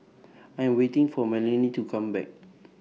I Am waiting For Melany to Come Back